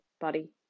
body